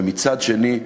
ומצד שני,